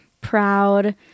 proud